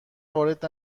وارد